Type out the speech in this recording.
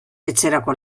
etxerako